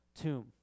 tomb